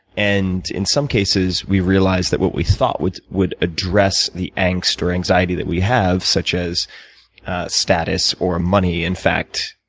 and in some cases, we realize that what we thought would would address the angst or anxiety that we have, such as status or money, in fact,